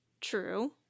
true